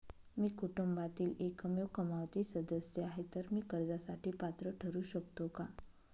मी कुटुंबातील एकमेव कमावती सदस्य आहे, तर मी कर्जासाठी पात्र ठरु शकतो का?